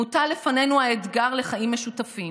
מוטל לפנינו האתגר לחיים משותפים.